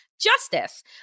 justice